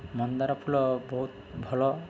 ମନ୍ଦାର ଫୁଲ ବହୁତ ଭଲ